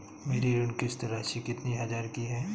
मेरी ऋण किश्त राशि कितनी हजार की है?